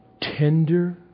tender